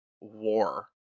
war